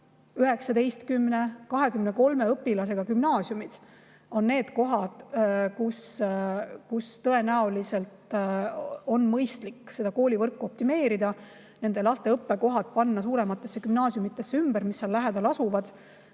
19, 23 õpilasega gümnaasiumid on need kohad, kus tõenäoliselt on mõistlik koolivõrku optimeerida ja nende laste õppekohad [viia üle] suurematesse gümnaasiumidesse, mis seal lähedal asuvad.